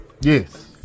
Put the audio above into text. yes